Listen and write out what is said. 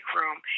room